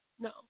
No